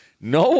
No